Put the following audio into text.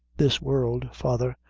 this world, father,